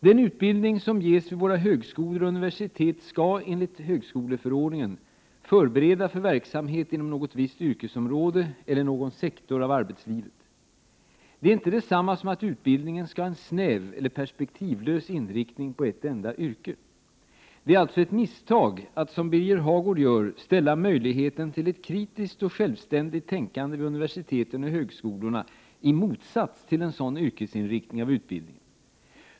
Den utbildning som ges vid våra högskolor och universitet skall, enligt högskoleförordningen, förbereda för verksamhet inom visst yrkesområde eller någon sektor av arbetslivet. Detta är inte detsamma som att utbildningen skall ha en snäv eller perspektivlös inriktning på ett enda yrke. Det är alltså ett misstag att — som Birger Hagård gör — ställa möjligheten till ett kritiskt och självständigt tänkande vid universiteten och högskolorna i motsats till en sådan yrkesinriktning av utbildningen.